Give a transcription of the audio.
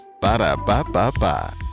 Ba-da-ba-ba-ba